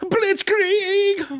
Blitzkrieg